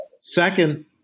Second